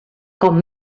com